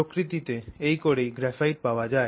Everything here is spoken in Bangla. প্রকৃতিতে এই করেই গ্রাফাইট পাওয়া যায়